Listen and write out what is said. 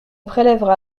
prélèvera